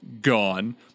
gone